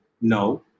no